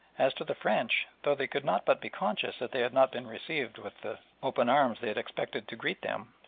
as to the french, though they could not but be conscious that they had not been received with the open arms they had expected to greet them,